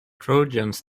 trojans